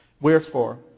Wherefore